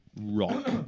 rock